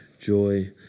joy